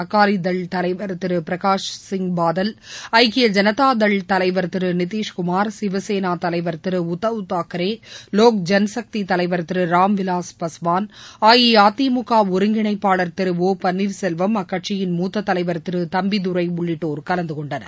அகாலிதள் தலைவர் பிரகாஷ்சிங் பாதல் ஐக்கிய ஜனதாதள் தலைவர் திருநிதிஷ்குமார் சிவசேனா தலைவர் திருஉத்தவ் தாக்கரே லோக் ஜனசக்தி தலைவர் திருராம்விலாஸ் பாஸ்வான் அஇஅதிமுகஒருங்கிணைப்பாளர் திரு ஒ பன்னீர்செல்வம் அக்கட்சியின் மூத்த தலைவர் திருதம்பிதுரைஉள்ளிட்டோர் கலந்துகொண்டனர்